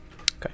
Okay